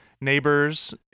neighbors